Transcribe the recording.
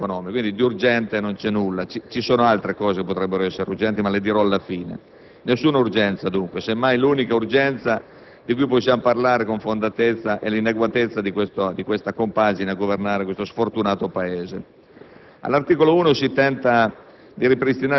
per mancanza di adeguate coperture economiche. Quindi di urgente non c'è nulla. Altre iniziative potrebbero essere ritenute urgenti, ma le dirò alla fine. Nessuno urgenza dunque; semmai l'unica urgenza di cui possiamo parlare con fondatezza è l'inadeguatezza di questa compagine a governare questo sfortunato Paese.